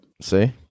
See